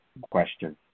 question